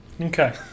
Okay